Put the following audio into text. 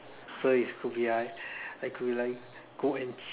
so is could be like I could be like go and